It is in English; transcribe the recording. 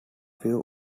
few